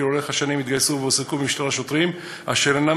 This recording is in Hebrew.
לאורך השנים התגייסו והועסקו במשטרה שוטרים אשר אינם